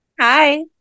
Hi